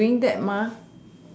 be doing that